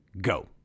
go